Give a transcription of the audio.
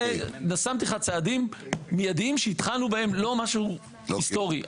אלה צעדים מיידיים שהתחלנו בהם, לא משהו היסטורי.